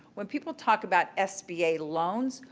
when people talk about sba loans,